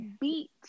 beat